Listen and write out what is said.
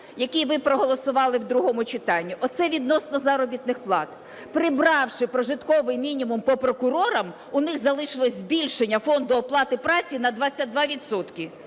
який ви проголосувати в другому читанні. Оце відносно заробітних плат: прибравши прожитковий мінімум по прокурорах, у них залишилося збільшення фонду оплати праці на 22